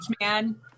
man